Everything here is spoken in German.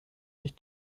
sich